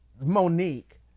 Monique